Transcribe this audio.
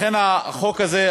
לכן את החוק הזה,